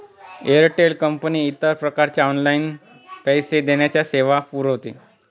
Airtel company इतर प्रकारच्या online पैसे देण्याच्या सेवा पुरविते